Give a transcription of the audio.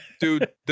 dude